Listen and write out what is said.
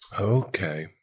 Okay